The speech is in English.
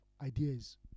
ideas